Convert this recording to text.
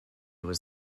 was